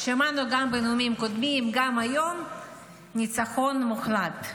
שמענו גם בנאומים קודמים וגם היום ניצחון מוחלט.